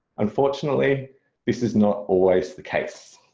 unfortunately this is not always the case.